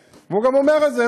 הוא גם אומר את זה,